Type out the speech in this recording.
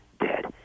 dead